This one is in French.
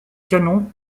canons